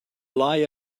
lie